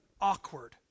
Awkward